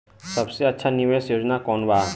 सबसे अच्छा निवेस योजना कोवन बा?